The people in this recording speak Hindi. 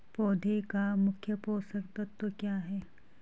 पौधें का मुख्य पोषक तत्व क्या है?